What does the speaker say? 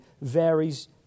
varies